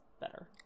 better